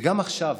וגם עכשיו,